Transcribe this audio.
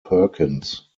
perkins